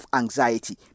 anxiety